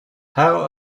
how